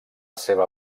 seva